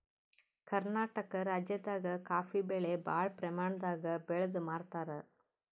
ಕರ್ನಾಟಕ್ ರಾಜ್ಯದಾಗ ಕಾಫೀ ಬೆಳಿ ಭಾಳ್ ಪ್ರಮಾಣದಾಗ್ ಬೆಳ್ದ್ ಮಾರ್ತಾರ್